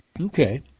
Okay